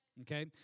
Okay